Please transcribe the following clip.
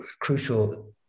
crucial